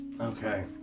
Okay